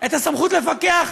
הסמכות לפקח,